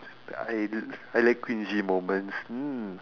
I li~ I like cringy moments mm